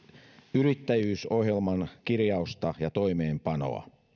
yrittäjyysohjelman kirjausta ja toimeenpanoa